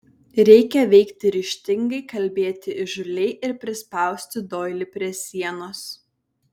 reikia veikti ryžtingai kalbėti įžūliai ir prispausti doilį prie sienos